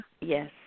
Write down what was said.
Yes